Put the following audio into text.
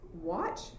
watch